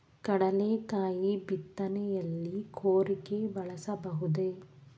ಕಡ್ಲೆಕಾಯಿ ಬಿತ್ತನೆಯಲ್ಲಿ ಕೂರಿಗೆ ಬಳಸಬಹುದೇ?